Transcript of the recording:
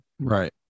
right